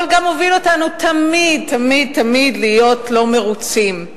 אבל גם מוביל אותנו תמיד תמיד להיות לא מרוצים.